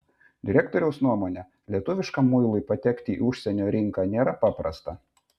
direktoriaus nuomone lietuviškam muilui patekti į užsienio rinką nėra paprasta